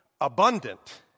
abundant